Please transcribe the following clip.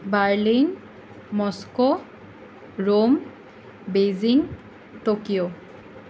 Berlin Moscow Rome Beijing Tokyo